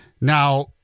Now